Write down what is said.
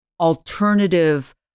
alternative